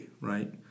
right